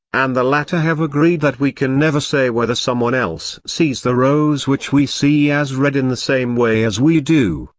and the latter have agreed that we can never say whether someone else sees the rose which we see as red in the same way as we do,